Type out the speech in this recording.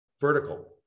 vertical